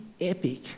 Epic